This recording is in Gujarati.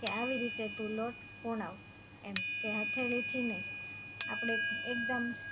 કે આવી રીતે તું લોટ પૂણવ એમ કે હથેળીથી નહીં આપણે એક એકદમ